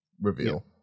reveal